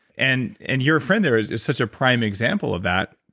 and and your friend there is is such a prime example of that.